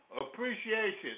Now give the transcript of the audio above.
appreciation